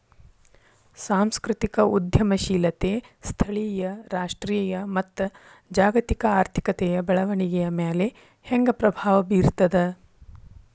ಸಾಂಸ್ಕೃತಿಕ ಉದ್ಯಮಶೇಲತೆ ಸ್ಥಳೇಯ ರಾಷ್ಟ್ರೇಯ ಮತ್ತ ಜಾಗತಿಕ ಆರ್ಥಿಕತೆಯ ಬೆಳವಣಿಗೆಯ ಮ್ಯಾಲೆ ಹೆಂಗ ಪ್ರಭಾವ ಬೇರ್ತದ